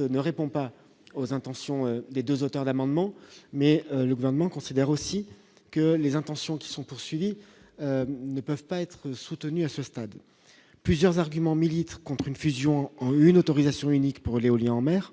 ne répond pas aux intentions, les 2 auteurs de l'amendement, mais le gouvernement considère aussi que les intentions qui sont poursuivis ne peuvent pas être soutenu à ce stade. Plusieurs arguments millilitres contre une fusion, une autorisation unique pour l'éolien en mer